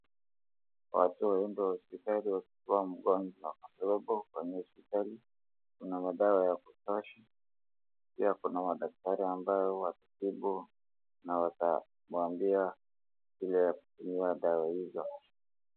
Watu waende hospitali wakikuwa wagonjwa, kwa sababu kwenye hospitali kuna madawa ya kutosha. Pia kuna madaktari ambao wanatibu na watawambia vile ya kununua dawa hizo.